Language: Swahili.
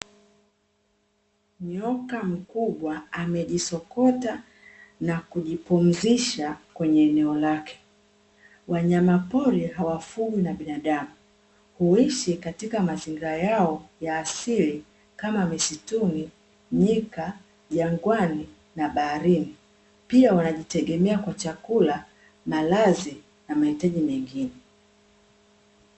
Nyoka mkubwa amejisokota na kujipunzisha kwenye eneo lake, wanyama pori hawafugwi na binadamu, huishi katika mazingira yao ya asili kama misituni, nyika, jangwani na baharini. Pia wanajitegemea kwa chakula malazi na mahitaji mengine.